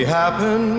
happen